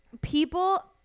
people